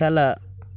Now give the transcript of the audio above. খেলা